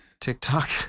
TikTok